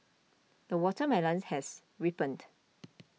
the watermelons has ripened